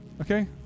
Okay